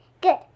Good